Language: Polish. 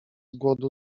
głodu